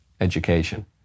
education